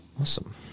Awesome